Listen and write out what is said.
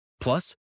Plus